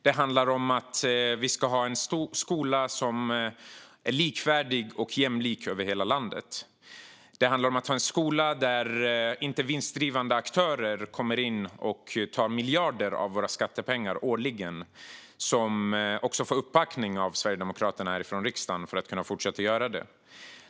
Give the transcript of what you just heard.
Det handlar om att vi ska ha en skola som är likvärdig och jämlik över hela landet. Det handlar om att ha en skola där inte vinstdrivande aktörer kommer in och tar miljarder av våra skattepengar årligen, vilket de får uppbackning av Sverigedemokraterna här i riksdagen för att kunna fortsätta göra.